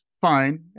fine